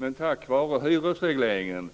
Men tack vare hyresregleringen